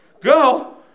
Go